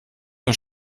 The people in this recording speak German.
zur